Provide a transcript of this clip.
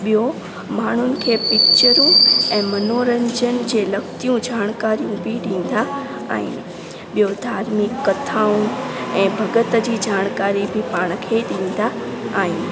ॿियों माण्हुनि खे पिचरूं ऐं मनोरंजन जे लकतियूं जाणकारी बि ॾींदा आहिनि ॿियों धार्मिक कथाऊं ऐं भगत जी जाणकारी बि पाण खे ॾींदा आहिनि